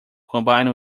combined